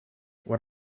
what